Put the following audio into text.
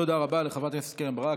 תודה רבה לחברת הכנסת קרן ברק.